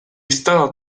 stata